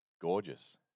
gorgeous